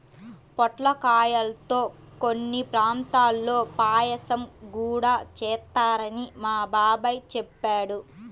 పొట్లకాయల్తో కొన్ని ప్రాంతాల్లో పాయసం గూడా చేత్తారని మా బాబాయ్ చెప్పాడు